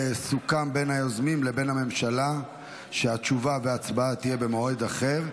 סוכם בין היוזמים לבין הממשלה שהתשובה וההצבעה יהיו במועד אחר.